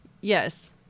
Yes